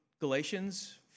Galatians